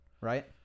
right